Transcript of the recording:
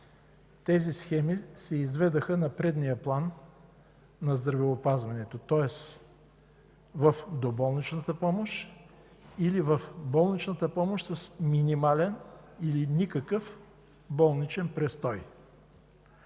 тези схеми се изведоха на преден план при здравеопазването, тоест в доболничната помощ или в болничната помощ с минимален или никакъв болничен престой.